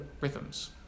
rhythms